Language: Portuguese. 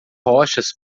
rochas